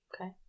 Okay